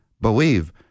believe